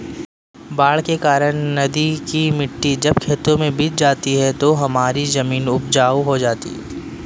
बाढ़ के कारण नदी की मिट्टी जब खेतों में बिछ जाती है तो हमारी जमीन उपजाऊ हो जाती है